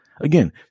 Again